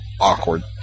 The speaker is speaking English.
awkward